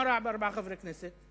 מה רע בארבעה חברי כנסת?